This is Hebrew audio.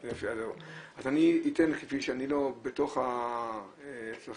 אצלנו, אז אני אתן, כתוב לי